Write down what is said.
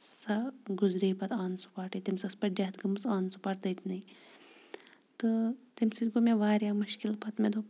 سۄ گُزرے پتہٕ آن سٕپاٹٕے تٔمِس ٲسۍ پتہٕ ڈٮ۪تھ گٕمژ آن سٕپاٹ تٔتنٕے تہٕ تمہِ سۭتۍ گوٚو مےٚ واریاہ مُشکل پتہٕ مےٚ دوٚپ